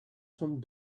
some